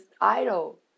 idol